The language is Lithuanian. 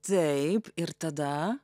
taip ir tada